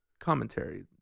commentary